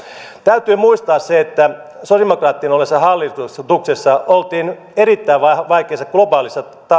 täytyy muistaa se että sosiaalidemokraattien ollessa hallituksessa oltiin erittäin vaikeassa globaalissa